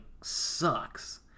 sucks